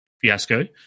fiasco